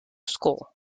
school